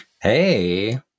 Hey